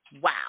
Wow